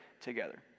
together